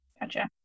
Gotcha